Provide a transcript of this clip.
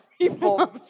people